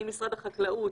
האם משרד החקלאות,